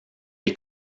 est